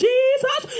Jesus